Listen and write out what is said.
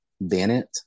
Bennett